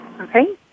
Okay